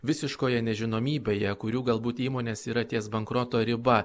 visiškoje nežinomybėje kurių galbūt įmonės yra ties bankroto riba